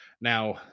Now